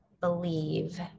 believe